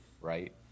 Right